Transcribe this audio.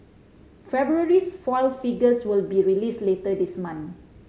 February's foil figures will be released later this month